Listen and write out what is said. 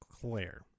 claire